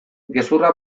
gezurra